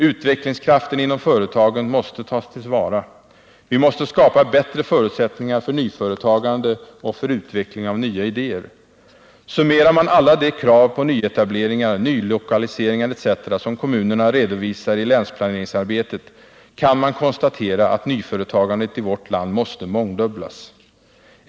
Utvecklingskraften inom företagen måste tas till vara. Vi måste skapa bättre förutsättningar för nyföretagande och för utveckling av nya idéer. Summerar man alla de krav på nyetableringar, nylokaliseringar etc. som kommunerna redovisar i länsplaneringsarbetet, kan man konstatera att nyföretagandet i vårt land måste mångdubblas.